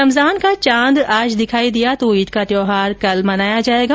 रमजान का चांद आज दिखाई दिया तो ईद का त्यौहार कल मनाया जायेगा